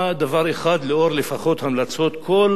המלצות כל גורמי הביטחון במדינה,